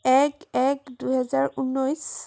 এক এক দুহেজাৰ ঊনৈছ